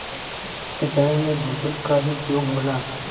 सिंचाई में भूजल क ही उपयोग होला